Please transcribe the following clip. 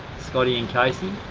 scotty and casey.